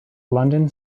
london